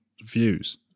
views